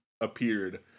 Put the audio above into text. appeared